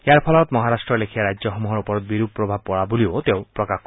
ইয়াৰ ফলত মহাৰাট্টৰ লেখিয়া ৰাজ্যসমূহৰ ওপৰত বিৰূপ প্ৰভাৱ পৰা বুলিও তেওঁ প্ৰকাশ কৰে